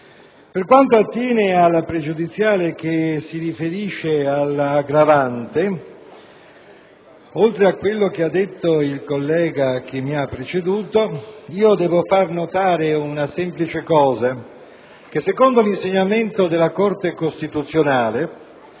Per quanto attiene alla pregiudiziale che si riferisce all'aggravante, oltre a quello che ha detto il collega che mi ha preceduto, devo far notare una semplice cosa: secondo l'insegnamento della Corte costituzionale,